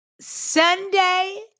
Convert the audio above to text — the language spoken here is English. Sunday